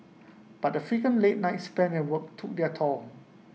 but the frequent late nights spent at work took their toll